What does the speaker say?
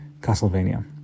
castlevania